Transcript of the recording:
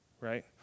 right